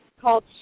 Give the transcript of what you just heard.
called